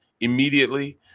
immediately